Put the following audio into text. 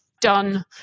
done